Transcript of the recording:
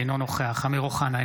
אינו נוכח אמיר אוחנה,